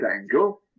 angle